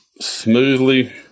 smoothly